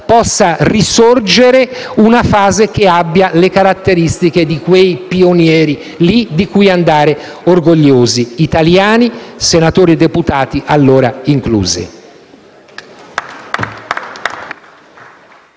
possa risorgere una fase che abbia le caratteristiche di quei pionieri italiani di cui andare orgogliosi, senatori e deputati allora inclusi.